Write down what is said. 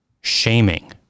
shaming